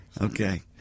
Okay